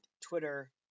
Twitter